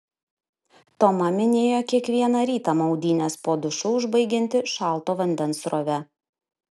toma minėjo kiekvieną rytą maudynes po dušu užbaigianti šalto vandens srove